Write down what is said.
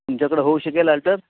तुमच्याकडं होऊ शकेल आलटर